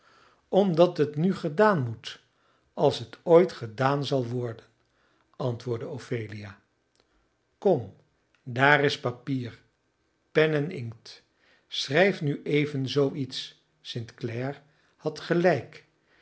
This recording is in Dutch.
omdat het nu gedaan moet als het ooit gedaan zal worden antwoordde ophelia kom daar is papier pen en inkt schrijf nu even zoo iets st clare had gelijk